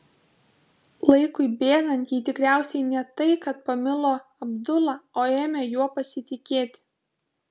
laikui bėgant ji tikriausiai ne tai kad pamilo abdula o ėmė juo pasitikėti